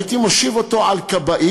הייתי מושיב אותו על כבאית,